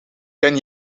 ken